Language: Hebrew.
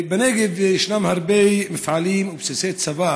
בנגב ישנם הרבה מפעלים ובסיסי צבא